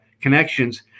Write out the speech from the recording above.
connections